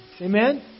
Amen